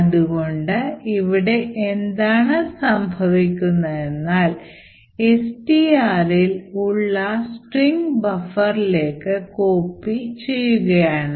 അതുകൊണ്ട് ഇവിടെ എന്താണ് സംഭവിക്കുന്നത് എന്നാൽ STR ഇൽ ഉള്ള string ബഫറിലേക്ക് കോപ്പി ചെയ്യുകയാണ്